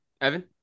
Evan